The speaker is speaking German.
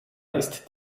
ist